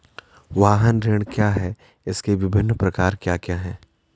वाहन ऋण क्या है इसके विभिन्न प्रकार क्या क्या हैं?